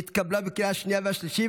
התשפ"ד 2023 התקבלה בקריאה השנייה והשלישית,